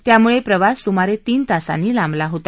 त्यामुळे प्रवास सुमारे तीन तासांनी लांबला होता